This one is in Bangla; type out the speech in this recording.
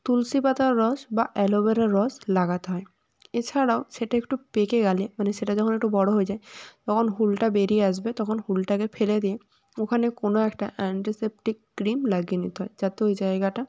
তুলসী পাতার রস বা অ্যালোভেরার রস লাগাতে হয় এছাড়াও সেটা একটু পেকে গেলে মানে সেটা যখন একটু বড়ো হয়ে যায় তখন হুলটা বেরিয়ে আসবে তখন হুলটাকে ফেলে দিয়ে ওখানে কোনো একটা অ্যান্টিসেপ্টিক ক্রিম লাগিয়ে নিতে হয় যাতে ওই জায়গাটা